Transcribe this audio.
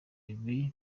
ibyo